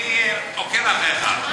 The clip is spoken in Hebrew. אני עוקב אחריך.